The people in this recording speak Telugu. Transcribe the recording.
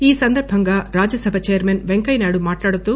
ఈ సందర్బంగా రాజ్యసభ చైర్మన్ పెంకయ్యనాయుడు మాట్లాడుతూ